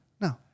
No